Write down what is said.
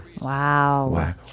Wow